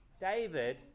David